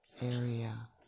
area